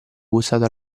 bussato